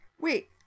Wait